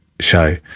show